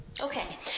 okay